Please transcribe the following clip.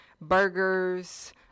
burgers